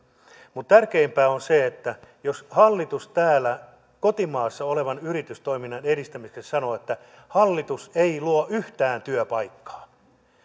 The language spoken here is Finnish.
mutta tärkeämpää on se että jos hallitus täällä kotimaassa olevan yritystoiminnan edistämiseksi sanoo että hallitus ei luo yhtään työpaikkaa